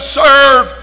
serve